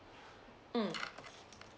mm